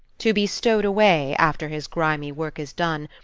to be stowed away, after his grimy work is done,